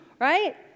right